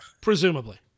Presumably